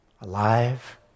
Alive